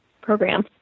program